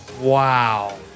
Wow